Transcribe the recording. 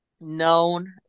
known